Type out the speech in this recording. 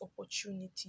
opportunity